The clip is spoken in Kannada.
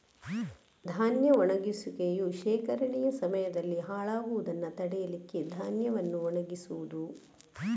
ಧಾನ್ಯ ಒಣಗಿಸುವಿಕೆಯು ಶೇಖರಣೆಯ ಸಮಯದಲ್ಲಿ ಹಾಳಾಗುದನ್ನ ತಡೀಲಿಕ್ಕೆ ಧಾನ್ಯವನ್ನ ಒಣಗಿಸುದು